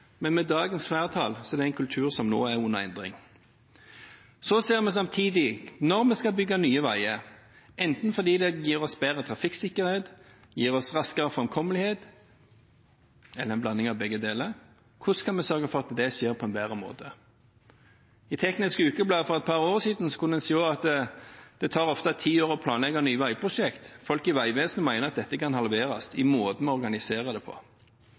men med dagens flertall er det en kultur som nå er under endring. Så spør vi oss selv samtidig: Når vi skal bygge nye veier – fordi det gir oss enten bedre trafikksikkerhet, raskere framkommelighet eller en blanding av begge deler – hvordan skal vi sørge for at det skjer på en bedre måte? For et par år siden kunne en i Teknisk Ukeblad se at det ofte tar ti år å planlegge nye veiprosjekter. Folk i Vegvesenet mener at dette kan halveres ved måten man organiserer det på.